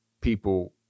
people